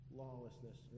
lawlessness